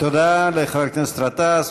תודה לחבר הכנסת גטאס.